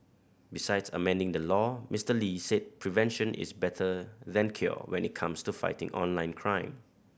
besides amending the law Mister Lee said prevention is better than cure when it comes to fighting online crime